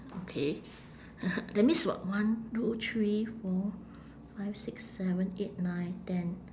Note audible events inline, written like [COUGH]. okay [LAUGHS] that means what one two three four five six seven eight nine ten